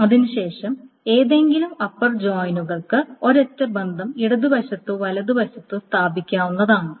അതിനുശേഷം ഏതെങ്കിലും അപ്പർ ജോയിനുകൾക്ക് ഒരൊറ്റ ബന്ധം ഇടതുവശത്തോ വലതുവശത്തോ സ്ഥാപിക്കാവുന്നതാണ്